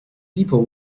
people